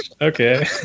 Okay